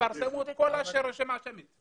יפרסמו את הרשימה השמית.